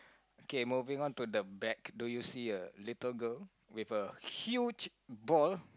okay moving on to the back do you see a little girl with a huge ball